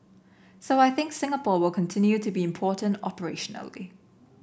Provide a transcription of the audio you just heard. so I think Singapore will continue to be important operationally